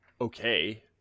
okay